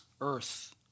earth